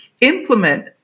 implement